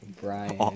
Brian